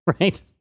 Right